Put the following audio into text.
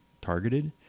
targeted